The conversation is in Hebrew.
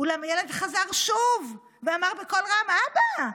אולם הילד חזר שוב ואמר בקול רם: אבא,